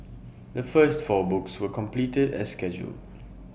the first four books were completed as scheduled